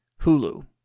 Hulu